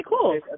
cool